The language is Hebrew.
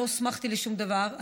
לא הוסמכתי לשום דבר,